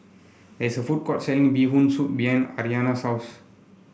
there's a food court selling Bee Hoon Soup behind Aryana's house